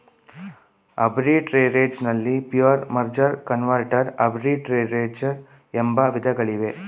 arbitrage ನಲ್ಲಿ pure, merger, converter arbitrage ಎಂಬ ವಿಧಗಳಿವೆ